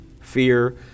fear